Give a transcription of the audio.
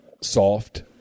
soft